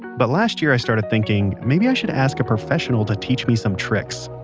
but last year i started thinking, maybe i should ask a professional to teach me some tricks.